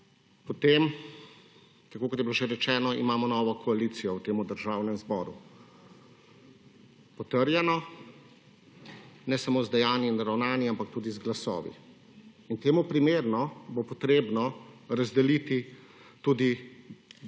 potem, tako kot je bilo že rečeno, imamo novo koalicijo v temu Državnemu zboru, potrjeno, ne samo z dejanjem in ravnanjem, ampak tudi z glasovi in temu primerno bo potrebno razdeliti tudi mesta